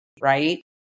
Right